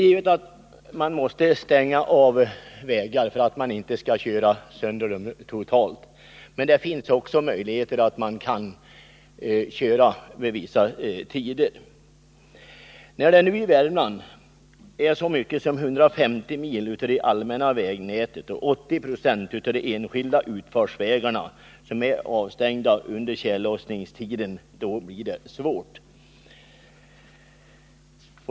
Givetvis måste man stänga av vägar för att de inte skall bli totalt sönderkörda. Men det finns också möjligheter att köra vid vissa tider, bl.a. efter nattfrost. När det nu i Värmland är så mycket som 150 mil av det allmänna vägnätet och 80 26 av de enskilda utfartsvägarna som är stängda under tjällossningstiden, då blir det svårt.